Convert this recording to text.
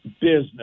business